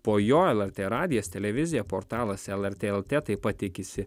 po jo lrt radijas televizija portalas lrt lt taip pat tikisi